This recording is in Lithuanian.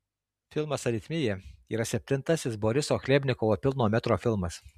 filmas aritmija yra septintasis boriso chlebnikovo pilno metro filmas